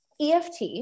EFT